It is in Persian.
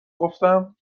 گفتم